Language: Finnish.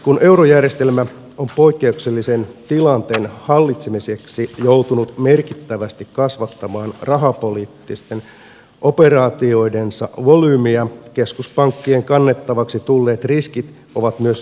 kun eurojärjestelmä on poikkeuksellisen tilanteen hallitsemiseksi joutunut merkittävästi kasvattamaan rahapoliittisten operaatioidensa volyymiä keskuspankkien kannettavaksi tulleet riskit ovat myös lisääntyneet